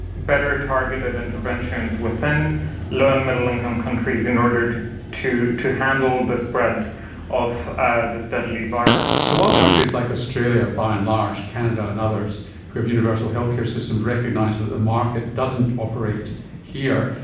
better targeted interventions within low and middle income countries in order to to handle the spread of this deadly virus. so while countries like australia, by and large, canada and others who have universal health care systems, recognise that the market doesn't operate here,